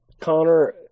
Connor